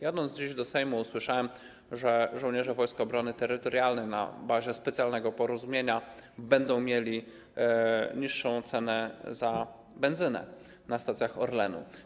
Jadąc dziś do Sejmu, usłyszałem, że żołnierze Wojsk Obrony Terytorialnej na bazie specjalnego porozumienia będą mieli niższą cenę benzyny na stacjach Orlenu.